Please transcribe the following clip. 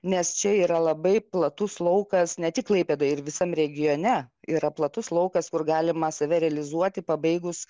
nes čia yra labai platus laukas ne tik klaipėdoj ir visam regione yra platus laukas kur galima save realizuoti pabaigus